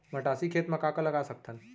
मटासी खेत म का का लगा सकथन?